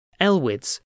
Elwids